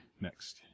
next